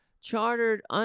chartered